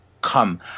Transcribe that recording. come